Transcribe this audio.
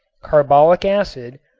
carbolic acid,